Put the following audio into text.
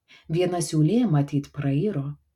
viena siūlė matyt prairo